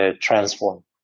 transform